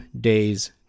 days